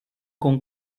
con